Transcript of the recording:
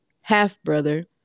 half-brother